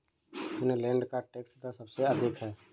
Finland का tax दर सबसे अधिक है